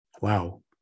wow